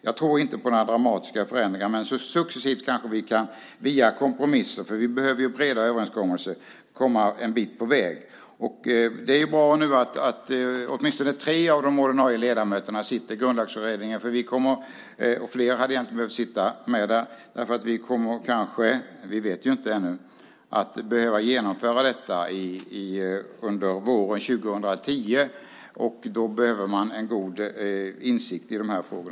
Jag tror inte på några dramatiska förändringar, men successivt kanske vi via kompromisser - för vi behöver breda överenskommelser - kan komma en bit på väg. Det är bra att åtminstone tre av de ordinarie ledamöterna sitter i Grundlagsutredningen - det hade egentligen behövt sitta fler - för vi kommer kanske, vilket vi ännu inte vet, att behöva genomföra detta under våren 2010. Då behöver vi en god insikt i dessa frågor.